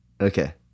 Okay